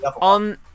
on